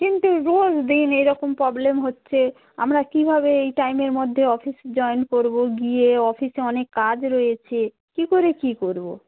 কিন্তু রোজ দিন এইরকম প্রবলেম হচ্ছে আমরা কীভাবে এই টাইমের মধ্যে অফিস জয়েন করবো গিয়ে অফিসে অনেক কাজ রয়েছে কি করে কী করবো